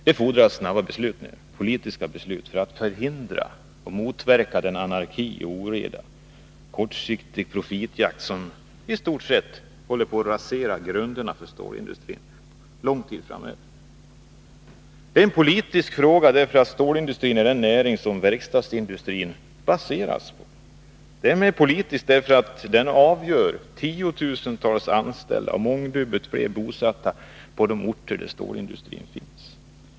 Det fordras nu snabba beslut — politiska beslut — för att förhindra och motverka den anarki, den oreda och den kortsiktiga profitjakt som i stort sett håller på att rasera grunderna för stålindustrin för lång tid framöver. Det är en politisk fråga därför att stålindustrin är den näring som verkstadsindustrin baseras på. Den är politisk därför att den är avgörande för tiotusentals anställda och mångdubbelt fler som är bosatta på de orter där stålindustrin finns.